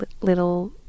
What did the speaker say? little